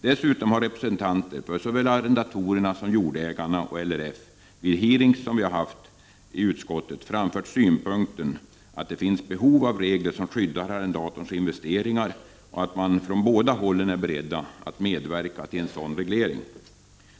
Dessutom har representanter för såväl arrendatorerna som jordägarna och LRF vid de hearings som vi har haft i utskottet framfört synpunkten att det finns behov av regler som skyddar arrendatorns investeringar och att man från båda hållen är beredd att medverka till en sådan reglering.